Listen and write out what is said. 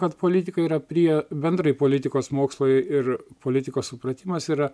kad politikai yra prie bendrai politikos mokslo ir politikos supratimas yra